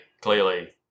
clearly